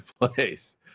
place